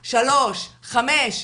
3,5,